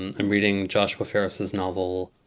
i'm reading joshua ferris's novel.